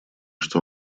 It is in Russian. что